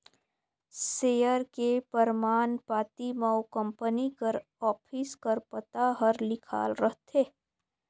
share के परमान पाती म ओ कंपनी कर ऑफिस कर पता हर लिखाल रहथे